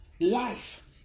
life